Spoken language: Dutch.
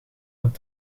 het